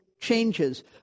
changes